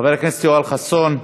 חבר הכנסת יואל חסון,